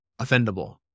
offendable